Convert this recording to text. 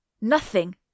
Nothing